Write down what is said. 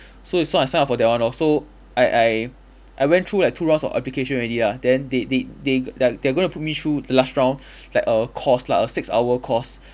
so it's so I sign up for that one lor so I I I went through like two rounds of application already ah then they they they they are they are going to put me through the last round like a course lah a six hour course